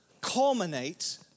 culminate